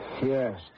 Yes